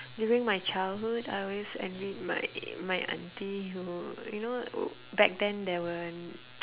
during my childhood I always envied my my aunty who you know back then there were